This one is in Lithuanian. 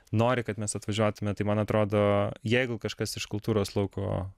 nori kad mes atvažiuotume tai man atrodo jeigu kažkas iš kultūros lauko